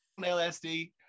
LSD